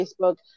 Facebook